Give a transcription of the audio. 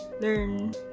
learn